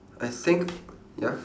I think ya